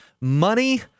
money